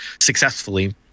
successfully